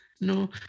No